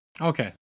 Okay